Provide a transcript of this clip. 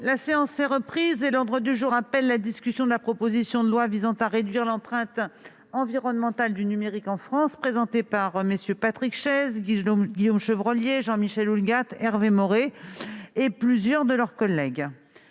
La séance est reprise. L'ordre du jour appelle la discussion de la proposition de loi visant à réduire l'empreinte environnementale du numérique en France, présentée par MM. Patrick Chaize, Guillaume Chevrollier, Jean-Michel Houllegatte, Hervé Maurey et plusieurs de leurs collègues